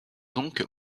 donc